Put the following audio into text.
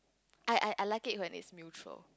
I I I like it when it's mutual